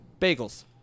Bagels